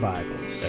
Bibles